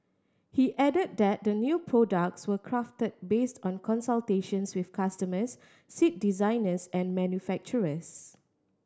he added that the new products were crafted based on consultations with customers seat designers and manufacturers